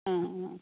आं